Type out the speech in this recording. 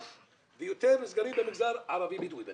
ויותר נסגרים במגזר הערבי-בדואי בנגב.